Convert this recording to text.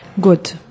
good